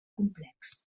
complex